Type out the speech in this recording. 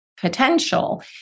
potential